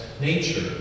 nature